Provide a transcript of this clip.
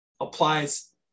applies